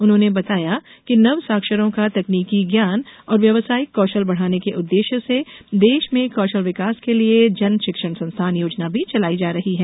उन्होंने बताया कि नवसाक्षरों का तकनीकी ज्ञान और व्यावसायिक कौशल बढ़ाने के उद्देश्य से देश में कौशल विकास के लिए जन शिक्षण संस्थान योजना भी चलाई जा रही है